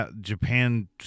Japan